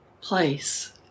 place